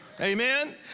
Amen